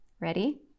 Ready